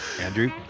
Andrew